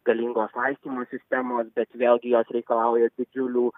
galingos laistymo sistemos bet vėlgi jos reikalauja didžiulių